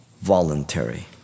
voluntary